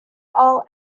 all